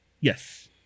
Yes